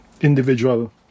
individual